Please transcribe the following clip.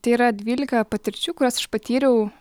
tai yra dvylika patirčių kurias aš patyriau